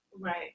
Right